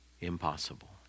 impossible